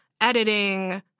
editing